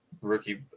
rookie